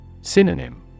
Synonym